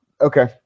Okay